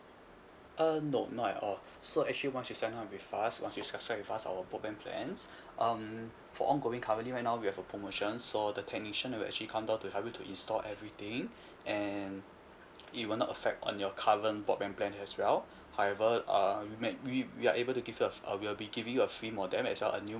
uh no not at all so actually once you sign up with us once you subscribe with us our broadband plans um for ongoing currently right now we have a promotion so the technician will actually come down to help you to install everything and it will not affect on your current broadband plan as well however uh ma~ we we are able to give you a uh we'll be giving you a free modem as well a new